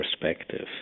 perspective